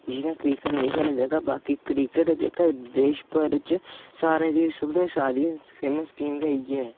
जित्थै क्रिकेट नेईं खेढेआ जाह्गा बाकी क्रिकेट जेह्का एह् देश भर च सारें सभनें शा फेमस गेम गै इ'यै